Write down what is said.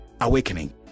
awakening